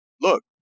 look